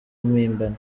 mpimbano